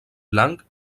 blanc